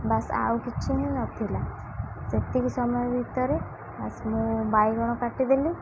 ବାସ୍ ଆଉ କିଛି ହିଁ ନଥିଲା ସେତିକି ସମୟ ଭିତରେ ଆସିକି ମୁଁ ବାଇଗଣ କାଟିଦେଲି